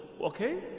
Okay